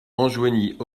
enjoignit